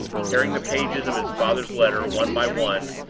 tearing the pages of his father's letter, one by one,